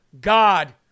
God